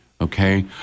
okay